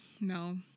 No